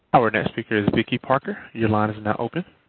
our next speaker is vicky parker. your line is now open.